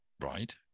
Right